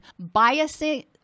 biasing